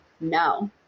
no